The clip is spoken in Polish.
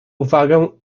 uwagę